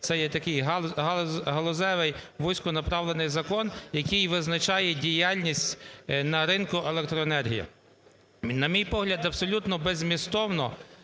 це є такий галузевий, вузьконаправлений закон, який визначає діяльність на ринку електроенергії. На мій погляд, абсолютно беззмістовно